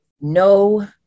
no